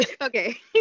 Okay